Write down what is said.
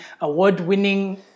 award-winning